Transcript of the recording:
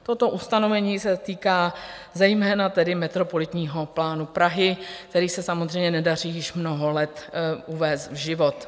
Toto ustanovení se týká zejména metropolitního plánu Prahy, který se samozřejmě nedaří již mnoho let uvést v život.